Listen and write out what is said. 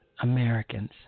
Americans